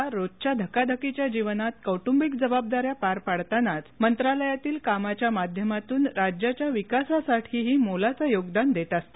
आपण महिला रोजच्या धकाधकीच्या जीवनात कौट्बिक जबाबदाऱ्या पार पाडतानाच मंत्रालयातील कामाच्या माध्यमातून राज्याच्या विकासासाठीही मोलाचं योगदान देत असता